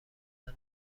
منو